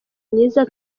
myiza